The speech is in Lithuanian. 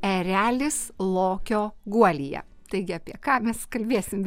erelis lokio guolyje taigi apie ką mes kalbėsim